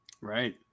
Right